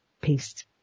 Peace